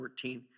14